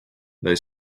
they